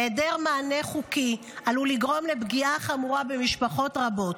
היעדר מענה חוקי עלול לגרום לפגיעה חמורה במשפחות רבות.